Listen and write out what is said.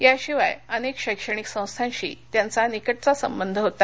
याशिवाय अनेक शैक्षणिक संस्थांशी त्यांचा निकटचा संबंध होता